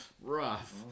rough